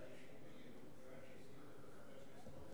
באי-אמון,